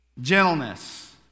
Gentleness